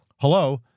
Hello